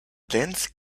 dense